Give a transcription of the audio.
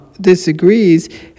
disagrees